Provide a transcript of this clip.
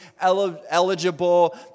eligible